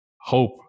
hope